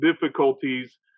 difficulties